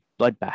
bloodbath